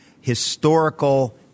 historical